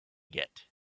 get